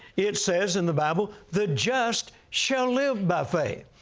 it says in the bible, the just shall live by faith.